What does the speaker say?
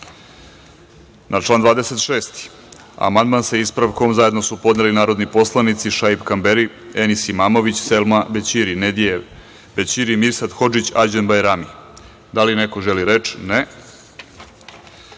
član 26. amandman, sa ispravkom, zajedno su podneli narodni poslanici Šaip Kamberi, Enis Imamović, Selma Kučević, Nadije Bećiri, Mirsad Hodžić i Arđend Bajrami. Da li neko želi reč?